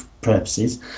purposes